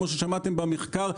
כמו ששמעתם במחקר.